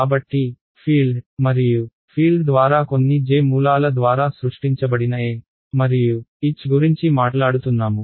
కాబట్టి ఫీల్డ్ మరియు ఫీల్డ్ ద్వారా కొన్ని J మూలాల ద్వారా సృష్టించబడిన E మరియు H గురించి మాట్లాడుతున్నాము